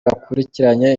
bakurikiranye